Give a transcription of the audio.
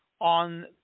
on